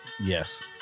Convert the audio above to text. Yes